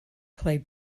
play